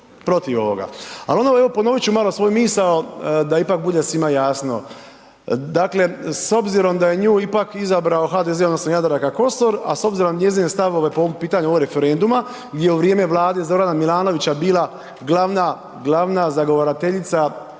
protiv ovoga. Al ono evo ponovit ću malo svoju misao da ipak bude svima jasno, dakle s obzirom da je nju ipak izabrao HDZ odnosno Jadranka Kosor, a s obzirom na njezine stavove po ovom pitanju ovog referenduma gdje je u vrijeme Vlade Zorana Milanovića bila glavna, glavna zagovarateljica odnosno